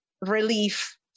relief